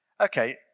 Okay